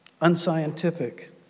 unscientific